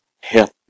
help